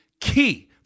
key